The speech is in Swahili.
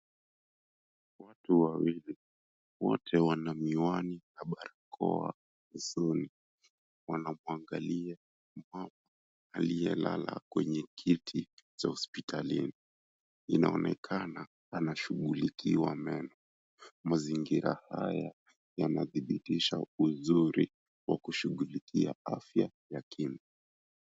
Watu wawili, wote wana miwani na barakoa usoni. Wanamuangalia mama aliyelala kwenye kiti cha hospitalini. Inaonekana anashughulikiwa meno. Mazingira haya, yanadhibitisha uzuri wa kushughulikia afya ya kinywa.